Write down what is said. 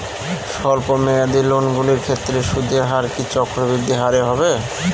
স্বল্প মেয়াদী লোনগুলির ক্ষেত্রে সুদের হার কি চক্রবৃদ্ধি হারে হবে?